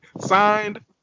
signed